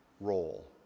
role